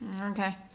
Okay